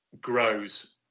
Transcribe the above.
grows